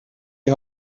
die